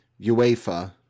UEFA